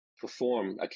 perform